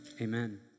amen